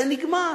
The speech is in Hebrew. זה נגמר.